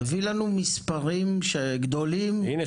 תביא לנו מספרים שגדולים סך הכל --- הנה,